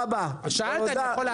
שאלת, אני יכול לענות?